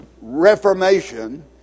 Reformation